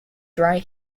dry